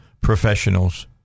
professionals